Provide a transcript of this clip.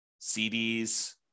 CDs